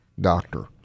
doctor